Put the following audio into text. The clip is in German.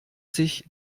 sich